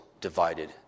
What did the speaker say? divided